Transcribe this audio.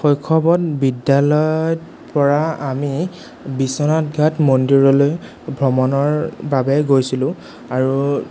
শৈশৱত বিদ্যালয়ত পৰা আমি বিশ্বনাথ ঘাট মন্দিৰলৈ ভ্ৰমণৰ বাবে গৈছিলোঁ আৰু